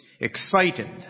excited